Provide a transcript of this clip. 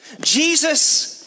Jesus